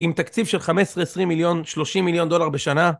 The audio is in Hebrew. עם תקציב של 15, 20 מיליון, 30 מיליון דולר בשנה.